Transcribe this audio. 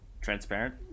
transparent